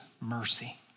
mercy